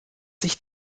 sich